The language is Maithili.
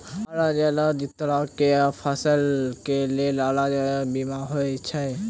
अलग अलग तरह केँ फसल केँ लेल अलग अलग बीमा होइ छै?